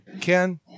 Ken –